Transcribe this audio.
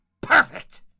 Perfect